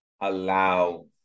allow